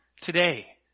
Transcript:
today